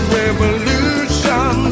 revolution